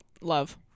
Love